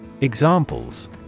Examples